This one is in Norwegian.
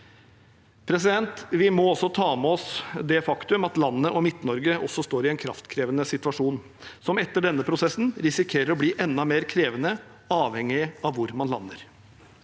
Fosen. Vi må også ta med oss det faktum at landet og MidtNorge står i en kraftkrevende situasjon, som etter denne prosessen risikerer å bli enda mer krevende, avhengig av hvor man lander.